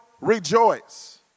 rejoice